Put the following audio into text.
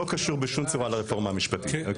לא קשור בשום צורה לרפורמה המשפטית.